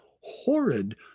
horrid